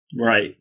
Right